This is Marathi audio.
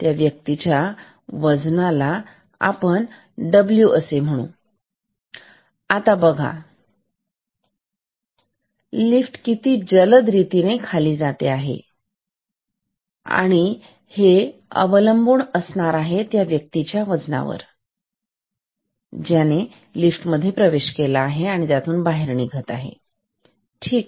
तर त्या व्यक्तीच्या वजनाला आपण डब्ल्यू W असे म्हणून आणि आता बघा ही लिफ्ट किती जलद रीतीने खाली जात आहे हे अवलंबून असणार आहे त्या व्यक्तीच्या वजनावर जो लिफ्ट मध्ये प्रवेश करतो किंवा त्यातून बाहेर पडतो ठीक